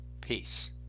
Peace